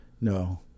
no